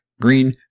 green